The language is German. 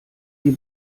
die